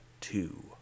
two